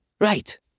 Right